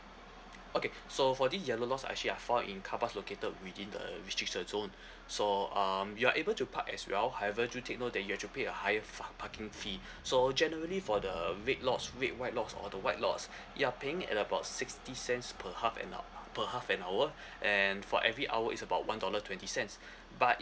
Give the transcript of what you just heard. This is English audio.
okay so for the yellow lots actually are found in carparks located within the restriction zone so um you're able to park as well however do take note that you have to pay a higher parking fee so generally for the red lots red white lots or the white lots you're paying at about sixty cents per half an per half an hour and for every hour is about one dollar twenty cents but